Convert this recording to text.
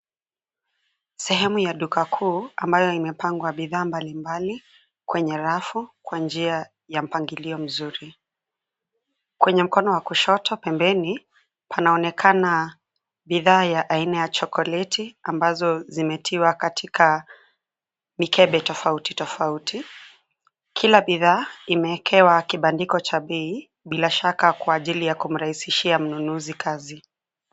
Sehemu ya duka kuu ambayo imepangwa bidhaa mbalimbali kwenye rafu, kwa njia ya mpangilio mzuri. Kwenye mkono wa kushoto pembeni, panaonekana, bidhaa ya aina ya chokoleti ambazo zimetiwa katika mikebe tofauti tofauti. Kila bidhaa imeekewa kibandiko cha bei, bila shaka kwa ajili ya kumrahisishia mnunuzi kazi.